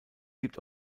gibt